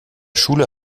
schule